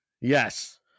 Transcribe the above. yes